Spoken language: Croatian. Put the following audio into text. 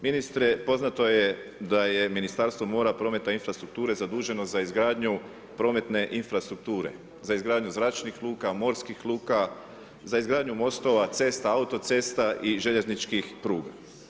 Ministre, poznato je da je Ministarstvo mora, prometa i infrastrukture, zaduženo za izgradnju prometne infrastrukture, za izgradnju zračnih luka, morskih luka, za izgradnju mostova, cesta, auto cesta i željezničkih pruga.